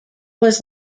was